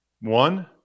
One